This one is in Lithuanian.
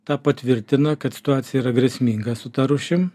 tą patvirtina kad situacija yra grėsminga su ta rūšim